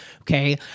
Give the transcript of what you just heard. Okay